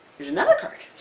there's another card!